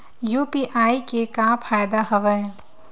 UPI के का फ़ायदा हवय?